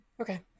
Okay